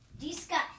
discuss